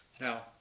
Now